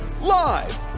live